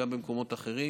גם במקומות אחרים: